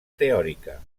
teòrica